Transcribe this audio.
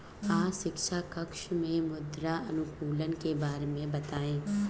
आज शिक्षक कक्षा में मृदा अनुकूलक के बारे में बताएं